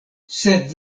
sed